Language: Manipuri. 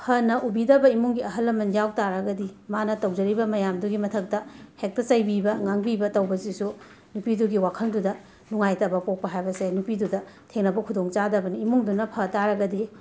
ꯐꯅ ꯎꯕꯤꯗꯕ ꯏꯃꯨꯡꯒꯤ ꯑꯍꯜ ꯂꯃꯟ ꯌꯥꯎꯕ ꯇꯥꯔꯒꯗꯤ ꯃꯥꯅ ꯇꯧꯖꯔꯤꯕ ꯃꯌꯥꯝꯗꯨꯒꯤ ꯃꯊꯛꯇ ꯍꯦꯛꯇ ꯆꯩꯕꯤꯕ ꯉꯥꯡꯕꯤꯕ ꯇꯧꯕꯁꯤꯁꯨ ꯅꯨꯄꯤꯗꯨꯒꯤ ꯋꯥꯈꯟꯗꯨꯗ ꯅꯨꯡꯉꯥꯏꯇꯕ ꯄꯣꯛꯄ ꯍꯥꯏꯕꯁꯦ ꯅꯨꯄꯤꯗꯨꯗ ꯊꯦꯡꯅꯕ ꯈꯨꯗꯣꯡꯆꯥꯗꯕꯅꯦ ꯏꯃꯨꯡꯗꯨꯅ ꯐꯕ ꯇꯥꯔꯒꯗꯤ